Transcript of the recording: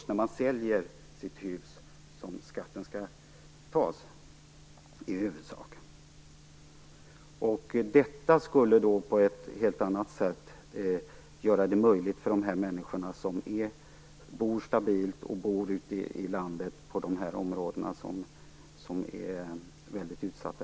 Det är alltså i huvudsak först när ett hus säljs som skatt skall tas ut. Det skulle innebära helt andra möjligheter för de människor som bor stabilt ute i de områden som i dag är väldigt utsatta.